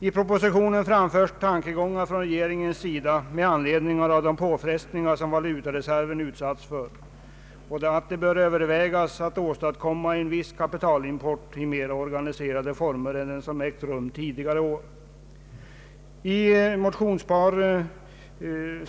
I propositionen framföres tankegångar från regeringens sida med anledning av de påfrestningar som valutareserven har utsatts för, och där säges att det bör övervägas att åstadkomma en viss kapitalimport i mera organiserade former än den som ägt rum tidigare i år.